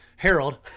Harold